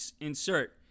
insert